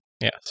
Yes